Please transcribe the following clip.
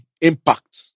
impact